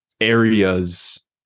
areas